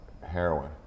heroin